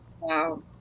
Wow